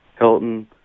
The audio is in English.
Hilton